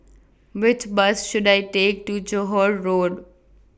Which Bus should I Take to Johore Road